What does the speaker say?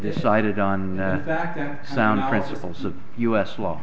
decided on the fact that sound principles of us law